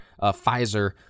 pfizer